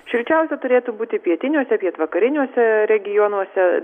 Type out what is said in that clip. šilčiausia turėtų būti pietiniuose pietvakariniuose regionuose